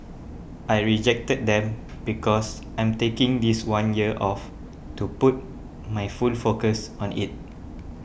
I rejected them because I'm taking this one year off to put my full focus on it